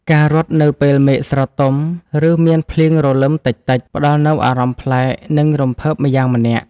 ការរត់នៅពេលមេឃស្រទុំ ឬមានភ្លៀងរលឹមតិចៗ ផ្ដល់នូវអារម្មណ៍ប្លែក និងរំភើបម្យ៉ាងម្នាក់។